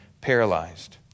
paralyzed